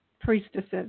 priestesses